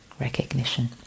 recognition